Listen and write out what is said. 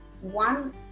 One